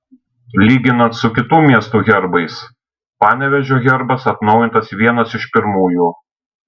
lyginant su kitų miestų herbais panevėžio herbas atnaujintas vienas iš pirmųjų